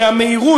שהמהירות,